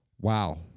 Wow